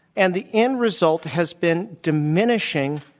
and the end result has been diminishing,